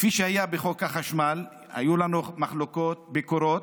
כפי שהיה בחוק החשמל, היו לנו מחלוקות, ביקורות,